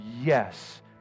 yes